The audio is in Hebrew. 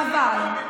חבל.